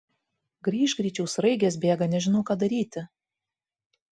grįžk greičiau sraigės bėga nežinau ką daryti